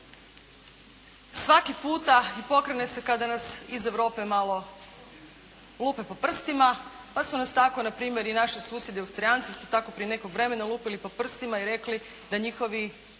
svaki puta pokrene se kada nas iz Europe malo lupe po prstima, pa su nas tako npr. i naši susjedi Austrijanci isto tako prije nekog vremena lupili po prstima i rekli da njihovi